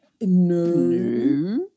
No